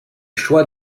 choix